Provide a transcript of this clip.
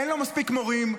אין לו מספיק מורים,